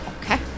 Okay